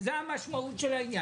אבל זאת המשמעות של העניין.